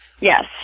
Yes